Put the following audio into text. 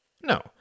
No